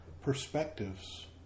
perspectives